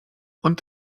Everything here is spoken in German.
und